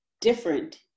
different